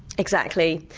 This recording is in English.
exactly,